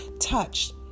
touched